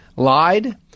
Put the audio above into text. Lied